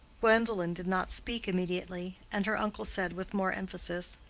gwendolen did not speak immediately, and her uncle said with more emphasis,